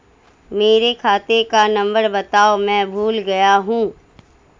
मेरे खाते का नंबर बताओ मैं भूल गया हूं